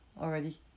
already